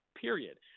period